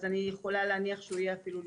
אז אני יכולה להניח שהוא יהיה אפילו לפני.